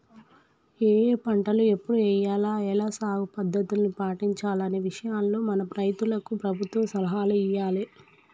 ఏఏ పంటలు ఎప్పుడు ఎయ్యాల, ఎలా సాగు పద్ధతుల్ని పాటించాలనే విషయాల్లో మన రైతులకు ప్రభుత్వం సలహాలు ఇయ్యాలే